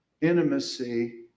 intimacy